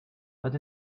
but